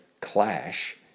clash